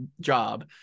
job